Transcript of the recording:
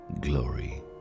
glory